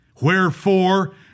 Wherefore